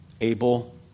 Abel